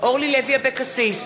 אורלי לוי אבקסיס,